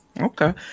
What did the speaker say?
Okay